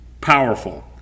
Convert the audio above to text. powerful